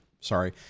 sorry